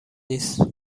نیست